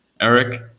Eric